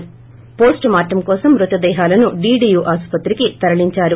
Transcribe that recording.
వోస్లుమార్లం కోసం మృతదేహాలు డీడీయూ ఆస్పత్రికి తరలించారు